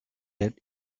that